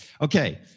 Okay